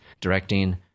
directing